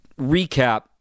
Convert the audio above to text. recap